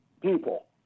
people